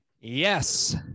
Yes